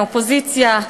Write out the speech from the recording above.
מהאופוזיציה,